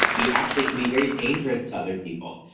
we actually can be very dangerous to other people.